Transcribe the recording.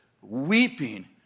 weeping